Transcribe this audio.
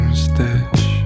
stitch